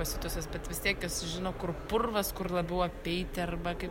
pasiutusios bet vis tiek jos žino kur purvas kur labiau apeiti arba kaip